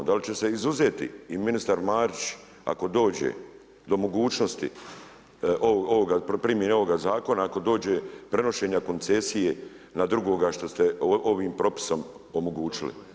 Da li će se izuzeti i ministar Marić ako dođe do mogućnosti ovoga, primjene ovoga zakona, ako dođe prenošenja koncesije na drugoga što ste ovim propisom omogućili.